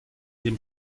dem